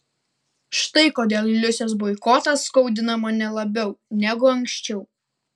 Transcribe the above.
štai kodėl liusės boikotas skaudina mane labiau negu anksčiau